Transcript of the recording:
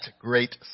great